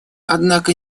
однако